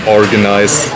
organize